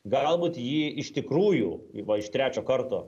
galbūt jį iš tikrųjų va iš trečio karto